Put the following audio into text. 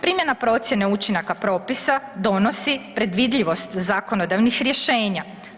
Primjena procjene učinaka propisa donosi predvidljivost zakonodavnih rješenja.